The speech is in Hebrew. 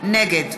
נגד